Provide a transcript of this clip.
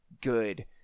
good